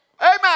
Amen